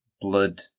Blood